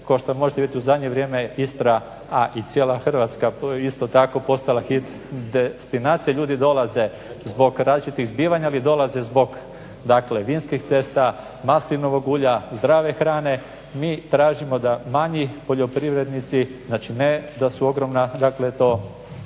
kao što možete vidjeti u zadnje vrijeme Istra a i cijela Hrvatska isto tako postala hit destinacija. Ljudi dolaze zbog različitih zbivanja. Ljudi dolaze zbog dakle vinskih cesta, maslinovog ulja, zdrave hrane. Mi tražimo da manji poljoprivrednici, znači ne da su ogromna, dakle to